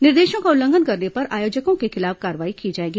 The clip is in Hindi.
निर्देशों का उल्लंघन करने पर आयोजकों के खिलाफ कार्रवाई की जाएगी